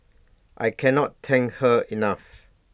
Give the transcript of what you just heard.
I cannot thank her enough